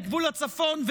בגבול הצפון,